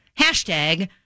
Hashtag